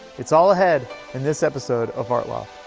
it's all ahead in this episode of art loft!